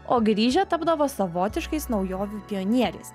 o grįžę tapdavo savotiškais naujovių pionieriais